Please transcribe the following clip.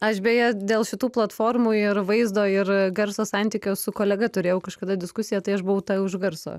aš beje dėl šitų platformų ir vaizdo ir garso santykio su kolega turėjau kažkada diskusiją tai aš buvau ta už garso